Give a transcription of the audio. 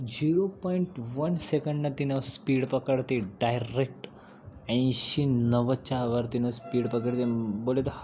zero point one सेकंडनं तिनं speed पकडते डायरेक्ट ऐंशी नव्वदच्यावरतीनं स्पीड पकडते बोले